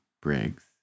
briggs